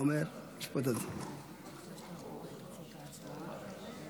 איסור הלבנת הון